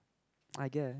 I guess